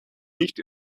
nicht